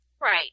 Right